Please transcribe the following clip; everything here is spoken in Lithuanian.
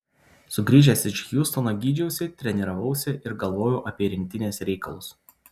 sugrįžęs iš hjustono gydžiausi treniravausi ir galvojau apie rinktinės reikalus